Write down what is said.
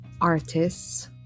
artists